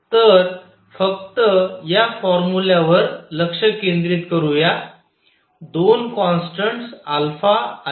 तर फक्त या फॉर्म्युलावर लक्ष केंद्रित करू या दोन कॉन्स्टंट्स आणि